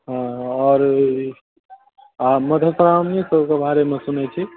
हँ आओर आ मधुश्राओणी सबके बारेमे सुनैत छी